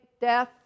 death